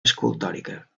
escultòrica